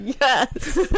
yes